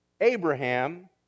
Abraham